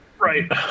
Right